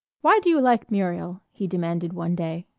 why do you like muriel? he demanded one day.